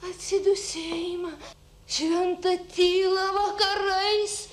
atsidūsėjimą šventą tylą vakarais